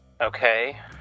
Okay